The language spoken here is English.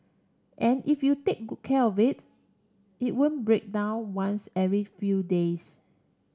and if you take good care of it it won't break down once every few days